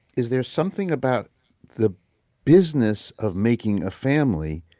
is there something about the business of making a family,